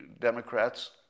Democrats